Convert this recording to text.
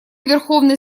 верховный